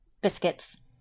Biscuits